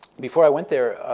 before i went there,